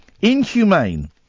Inhumane